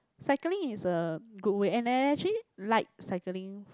cycling is a good way and I I actually like cycling